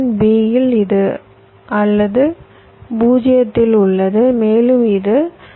B இல் இது அல்லது 0 இல் உள்ளது மேலும் இது 0